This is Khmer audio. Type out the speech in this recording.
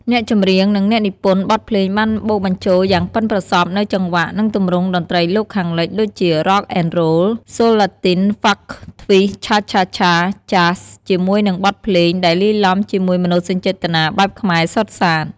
អ្នកចម្រៀង និងអ្នកនិពន្ធបទភ្លេងបានបូកបញ្ចូលយ៉ាងប៉ិនប្រសប់នូវ ចង្វាក់ និងទម្រង់តន្ត្រីលោកខាងលិច ដូចជា Rock and Roll Soul Latin Funk Twist Cha-cha-cha Jazz ជាមួយនឹងបទភ្លេង ដែលលាយទ្បំជាមួយមនោសញ្ចេតនាបែបខ្មែរសុទ្ធសាធ។